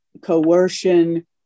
coercion